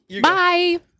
Bye